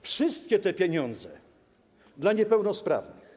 Wszystkie te pieniądze są dla niepełnosprawnych.